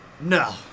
No